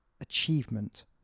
achievement